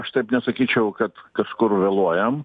aš taip nesakyčiau kad kažkur vėluojam